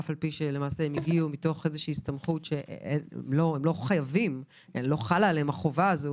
אף על פי שהם הגיעו מתוך הסתמכות שלא חלה עליהם החובה הזאת